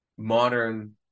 modern